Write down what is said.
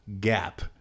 gap